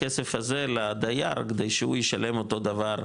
הכסף הזה לדייר כדי שהוא ישלם אותו דבר,